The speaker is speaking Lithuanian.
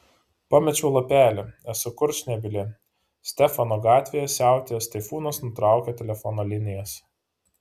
pamečiau lapelį esu kurčnebylė stefano gatvėje siautėjęs taifūnas nutraukė telefono linijas